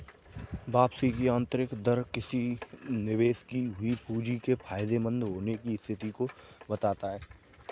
वापसी की आंतरिक दर किसी निवेश की हुई पूंजी के फायदेमंद होने की स्थिति को बताता है